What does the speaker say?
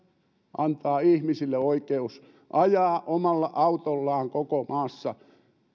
antaa ihmisille oikeus ajaa omalla autollaan koko maassa